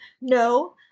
no